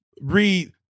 read